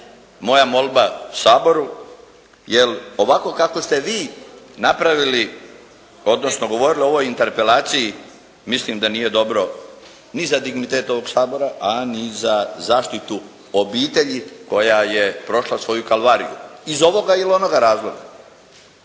moja molba Saboru jer ovako kako ste vi napravili, odnosno govorili o ovoj interpelaciji mislim da nije dobro ni za dignitet ovog Sabora, a ni zaštitu obitelji koja je prošla svoju kalvariju iz ovoga ili onoga razloga.